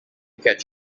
catch